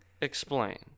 Explain